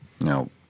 Now